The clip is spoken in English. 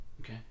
Okay